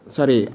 Sorry